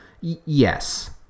Yes